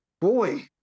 boy